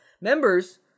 Members